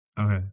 Okay